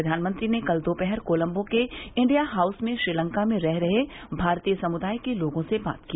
प्रधानमंत्री ने कल दोपहर कोलम्बो के इंडिया हाउस में श्रीलंका में रह रहे भारतीय समुदाय के लोगों से बात की